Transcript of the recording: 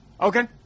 Okay